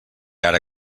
ara